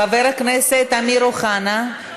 חבר הכנסת אמיר אוחנה,